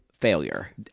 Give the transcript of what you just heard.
failure